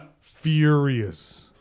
Furious